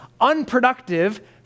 unproductive